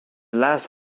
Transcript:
last